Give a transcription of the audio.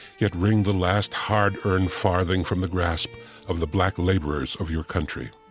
yet wring the last hard-earned farthing from the grasp of the black laborers of your country